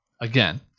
again